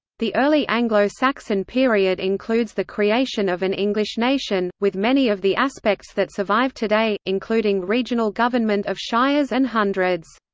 the early anglo-saxon period includes the creation of an english nation, with many of the aspects that survive today, including regional government of shires and hundreds.